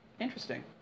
Interesting